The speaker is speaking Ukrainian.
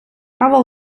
право